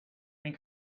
and